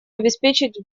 обеспечить